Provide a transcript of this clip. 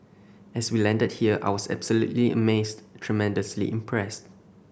as we landed here I was absolutely amazed tremendously impressed